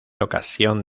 ocasión